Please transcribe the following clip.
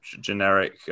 generic